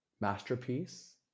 Masterpiece